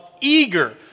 eager